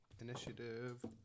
Initiative